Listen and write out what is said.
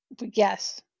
Yes